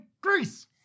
Greece